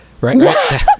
right